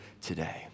today